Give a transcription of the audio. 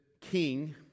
king